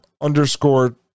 underscore